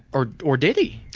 or or did he?